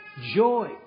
joy